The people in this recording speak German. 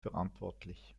verantwortlich